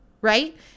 right